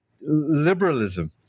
liberalism